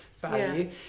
value